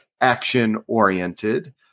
action-oriented